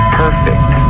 perfect